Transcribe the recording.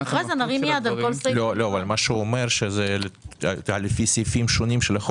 הוא אומר שזה לפי סעיפים שונים של החוק.